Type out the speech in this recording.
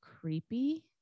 creepy